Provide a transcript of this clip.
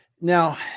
now